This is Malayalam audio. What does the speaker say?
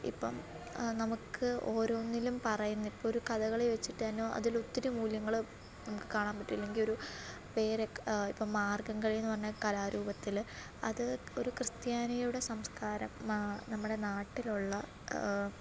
ഇപ്പോള് നമുക്ക് ഓരോന്നിലും പറയുന്നെ ഇപ്പോള് ഒരു കഥകളി വച്ചിട്ടുതന്നെ അതിലൊത്തിരി മൂല്യങ്ങള് നമുക്ക് കാണാൻ പറ്റും ഇല്ലെങ്കില് ഒരു ഇപ്പോള് മാർഗംകളി എന്ന്പറഞ്ഞ കലാരൂപത്തില് അത് ഒരു ക്രിസ്ത്യാനിയുടെ സംസ്കാരം നമ്മടെ നാട്ടിലുള്ള